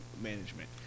management